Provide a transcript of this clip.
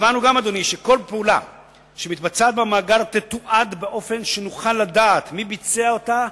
קבענו גם שכל פעולה שמתבצעת במאגר תתועד באופן שנוכל לדעת מי ביצע אותה,